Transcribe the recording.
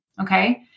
Okay